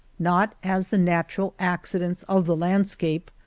not as the natural accidents of the landscape,